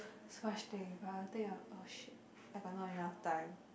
so much thing but I think I'll oh !shit! I got no enough time